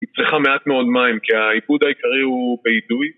צריכה מעט מאוד מים כי העיבוד העיקרי הוא באידוי